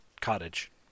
cottage